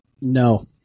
No